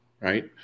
Right